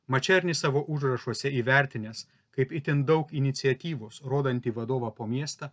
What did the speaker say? mačernį savo užrašuose įvertinęs kaip itin daug iniciatyvos rodantį vadovą po miestą